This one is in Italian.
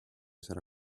sarà